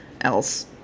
else